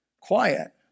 quiet